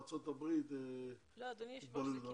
זאת אומרת אני ראיתי יותר בארצות הברית התבוללות,